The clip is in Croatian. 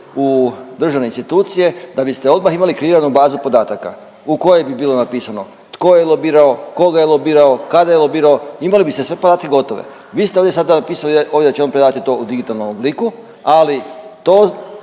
u državne institucije da biste odmah imali kreiranu bazu podataka u kojoj bi bilo napisano tko je lobirao, koga je lobirao, kada je lobirao, imali biste sve podatke gotove. Vi ste ovdje sada napisali da, ovdje da će on predati to u digitalnom obliku, ali to